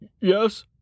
Yes